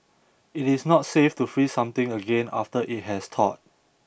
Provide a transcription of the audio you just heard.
it is not safe to freeze something again after it has thawed